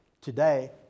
today